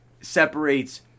separates